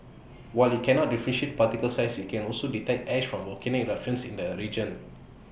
while IT cannot differentiate particle size IT can also detect ash from volcanic eruptions in the A region